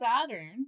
Saturn